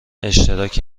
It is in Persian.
اشتراک